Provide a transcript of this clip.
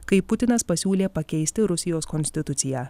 kai putinas pasiūlė pakeisti rusijos konstituciją